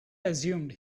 assumed